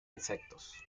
insectos